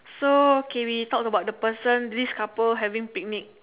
so okay we talk about the person this couple having picnic